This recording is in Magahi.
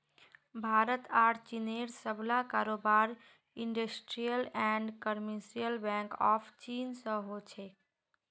भारत आर चीनेर सबला कारोबार industrial and commercial bank of चीन स हो छेक